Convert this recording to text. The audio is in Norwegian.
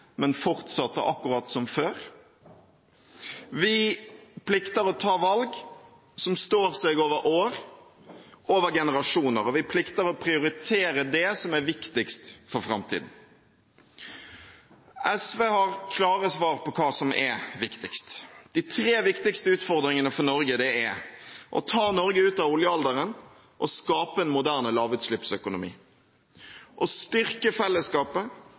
men fortsatte akkurat som før? Vi plikter å ta valg som står seg over år, over generasjoner. Vi plikter å prioritere det som er viktigst for framtiden. SV har klare svar på hva som er viktigst. De tre viktigste utfordringene for Norge er: å ta Norge ut av oljealderen og skape en moderne lavutslippsøkonomi å styrke fellesskapet